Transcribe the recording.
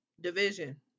Division